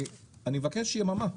אני מבקש יממה.